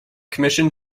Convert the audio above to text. commission